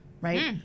Right